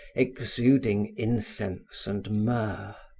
exuding incense and myrrh.